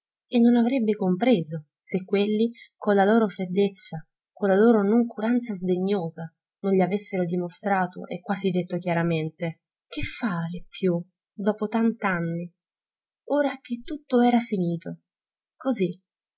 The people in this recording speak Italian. e non avrebbe compreso se quelli con la loro freddezza con la loro noncuranza sdegnosa non gliel'avessero dimostrato e quasi detto chiaramente che fare più dopo tant'anni ora che tutto era finito così